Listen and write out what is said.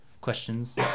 questions